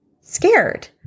scared